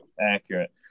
accurate